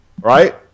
right